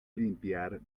limpiar